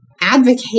advocate